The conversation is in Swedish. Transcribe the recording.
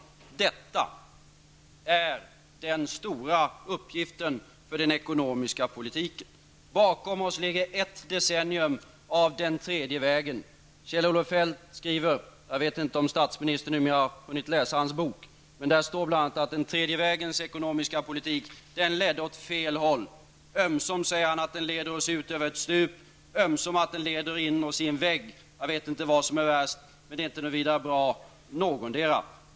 Detta är den stora uppgiften för den ekonomiska politiken. Bakom oss ligger ett decennium med den tredje vägen. Kjell Olof Feldt skriver -- jag vet inte om statsministern numera har hunnit läsa hans bok -- att den tredje vägens ekonomiska politik ledde åt fel håll. Ömsom säger han att den leder oss ut över ett stup, ömsom att den leder oss in i en vägg. Jag vet inte vad som är värst, men det är inte något vidare bra någotdera.